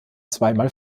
zweimal